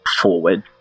forward